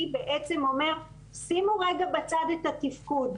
בעצם אומר: שימו רגע בצד את התפקוד.